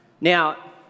Now